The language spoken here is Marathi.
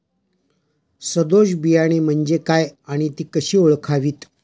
सदोष बियाणे म्हणजे काय आणि ती कशी ओळखावीत?